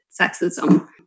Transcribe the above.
sexism